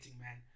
man